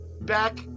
back